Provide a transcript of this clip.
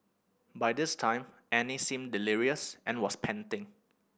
by this time Annie seemed delirious and was panting